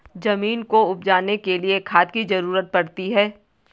ज़मीन को उपजाने के लिए खाद की ज़रूरत पड़ती है